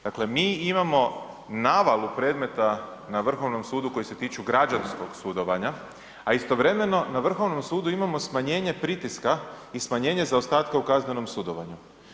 Dakle, mi imamo navalu predmetu na Vrhovnom sudu, koji se tiču građanskog sudovanja, a istovremeno, na Vrhovnom sudu, imamo smanjenje pritiska i smanjenje zaostatka u kaznenom sudovanju.